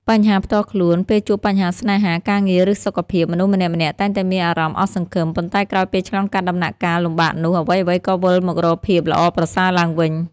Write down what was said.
បញ្ហាផ្ទាល់ខ្លួន ពេលជួបបញ្ហាស្នេហា ការងារ ឬសុខភាព មនុស្សម្នាក់ៗតែងតែមានអារម្មណ៍អស់សង្ឃឹម ប៉ុន្តែក្រោយពេលឆ្លងកាត់ដំណាក់កាលលំបាកនោះ អ្វីៗក៏វិលមករកភាពល្អប្រសើរឡើងវិញ។